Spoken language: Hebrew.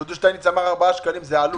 דודו שטייניץ אמר שארבעה שקלים, זאת העלות.